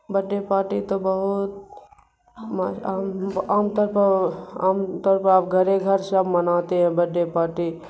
birthday party تو بہت عام طور پر عام طور پر آپ گھر ہی گھر سب مناتے ہیں بڈڈے پارٹی